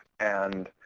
and